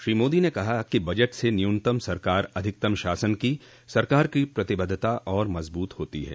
श्री मोदी ने कहा कि बजट से न्यूनतम सरकार अधिकतम शासन की सरकार की प्रतिबद्धता और मजबूत होती है